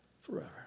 forever